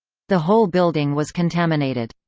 the whole building was contaminated.